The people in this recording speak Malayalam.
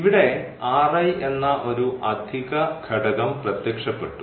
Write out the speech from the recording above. ഇവിടെ എന്ന ഒരു അധിക ഘടകം പ്രത്യക്ഷപ്പെട്ടു